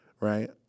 Right